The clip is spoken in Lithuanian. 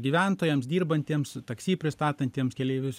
gyventojams dirbantiems taksi pristatantiems keleivius